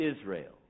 Israel